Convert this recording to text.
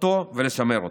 אותו ולשמר אותו.